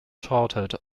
childhood